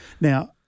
Now